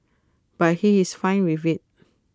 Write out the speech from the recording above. but he is fine with IT